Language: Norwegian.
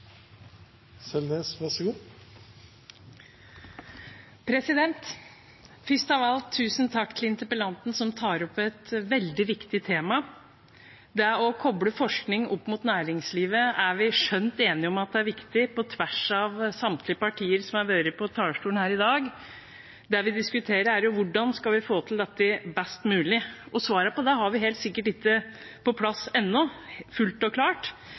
til interpellanten, som tar opp et veldig viktig tema. Det å kople forskning opp mot næringslivet er vi skjønt enige om er viktig, på tvers av samtlige partier som har vært på talerstolen her i dag. Det vi diskuterer, er hvordan vi skal få til dette beste mulig. Svaret på det har vi helt sikkert ikke på plass ennå helt og